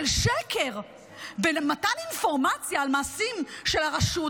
של שקר במתן אינפורמציה על מעשים של הרשות,